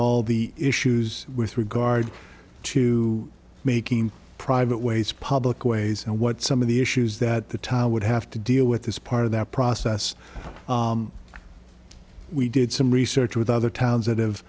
all the issues with regard to making private ways public ways and what some of the issues that the tile would have to deal with this part of that process we did some research with other towns that have